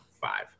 five